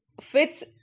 fits